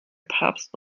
papst